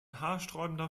haarsträubender